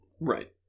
Right